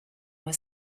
were